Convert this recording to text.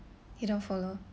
you don't follow